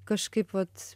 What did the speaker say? kažkaip vat